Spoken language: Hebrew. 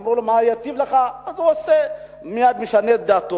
אמרו לו מה ייטיב לו, אז הוא מייד משנה את דעתו.